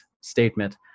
statement